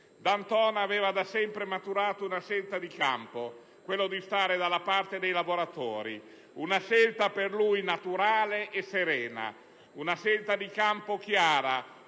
D'Antona aveva da sempre maturato una scelta di campo, quella di stare dalla parte dei lavoratori. Una scelta per lui naturale e serena, una scelta di campo chiara